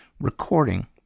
Recording